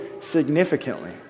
significantly